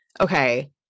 okay